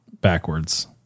backwards